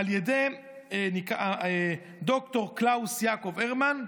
על ידי ד"ר קלאוס יעקב הרמן,